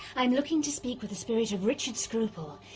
i am looking to speak with the spirit of richard scruple!